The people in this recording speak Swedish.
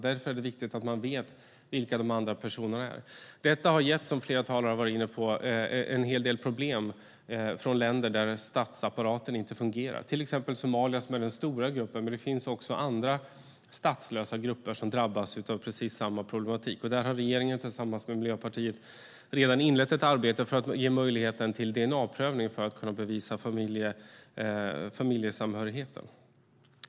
Därför är det viktigt att man vet vilka de andra personerna är. Detta har, som flera talare har varit inne på, gett en hel del problem för människor som kommer från länder där statsapparaten inte fungerar, till exempel Somalia. Därifrån kommer den stora gruppen, men det finns också andra statslösa grupper som drabbas av precis samma problematik. Där har regeringen tillsammans med Miljöpartiet redan inlett ett arbete för att ge möjlighet till dna-prövning för att kunna bevisa familjesamhörigheten.